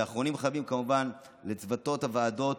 ואחרונים חביבים, כמובן לצוותי הוועדות